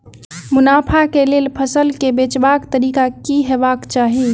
मुनाफा केँ लेल फसल केँ बेचबाक तरीका की हेबाक चाहि?